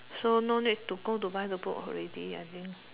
so no need to go buy the book already I think